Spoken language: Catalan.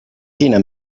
quina